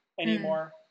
anymore